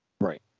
Right